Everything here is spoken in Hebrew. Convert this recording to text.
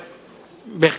בהחלט.